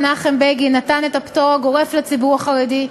נתן את הפטור הגורף לציבור החרדי,